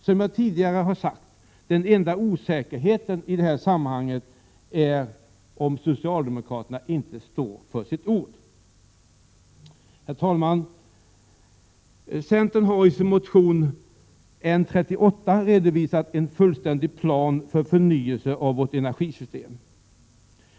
Som jag tidigare har sagt är den enda osäkerheten i detta sammanhang om socialdemokraterna inte står vid sitt ord. Herr talman! Centern har i sin motion N38 redovisat en fullständig plan för förnyelse av vårt energisystem.